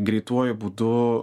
greituoju būdu